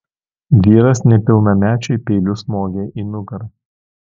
vyras nepilnamečiui peiliu smogė į nugarą